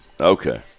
okay